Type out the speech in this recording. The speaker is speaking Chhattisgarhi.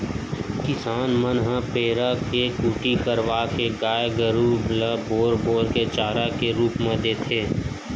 किसान मन ह पेरा के कुटी करवाके गाय गरु ल बोर बोर के चारा के रुप म देथे